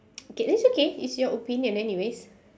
okay it's okay it's your opinion anyways